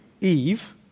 Eve